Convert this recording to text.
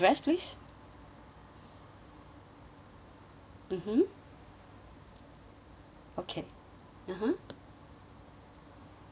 mmhmm okay (uh huh)